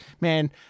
man